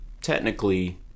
technically